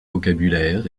vocabulaire